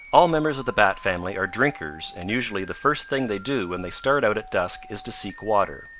all members of the bat family are drinkers and usually the first thing they do when they start out at dusk is to seek water.